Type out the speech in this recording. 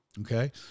okay